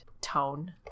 tone